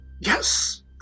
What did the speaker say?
Yes